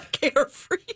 carefree